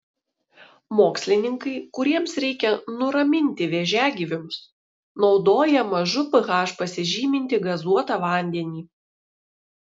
mokslininkai kuriems reikia nuraminti vėžiagyvius naudoja mažu ph pasižymintį gazuotą vandenį